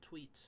tweets